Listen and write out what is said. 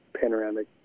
panoramic